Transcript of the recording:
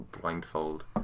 blindfold